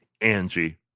angie